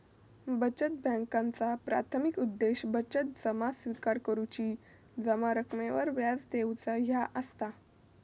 बचत बॅन्कांचा प्राथमिक उद्देश बचत जमा स्विकार करुची, जमा रकमेवर व्याज देऊचा ह्या असता